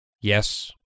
yes